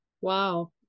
Wow